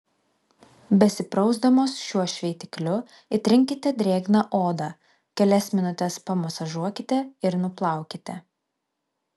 besiprausdamos šiuo šveitikliu įtrinkite drėgną odą kelias minutes pamasažuokite ir nuplaukite